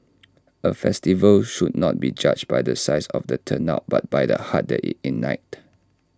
A festival should not be judged by the size of the turnout but by the hearts that IT ignited